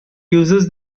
uses